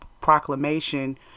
Proclamation